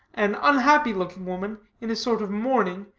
an unhappy-looking woman, in a sort of mourning,